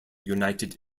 united